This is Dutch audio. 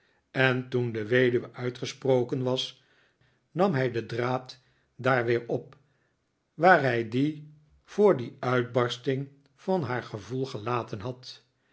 en toen de weduwe uitgesproken was nam hij den draad daar weer op waar hij dien voor die uitbarsting van haar gevoel gelaten had